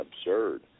absurd